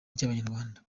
ry’abanyarwanda